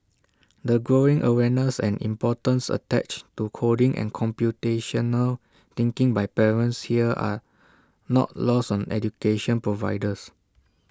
the growing awareness and importance attached to coding and computational thinking by parents here are not lost on education providers